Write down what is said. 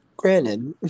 Granted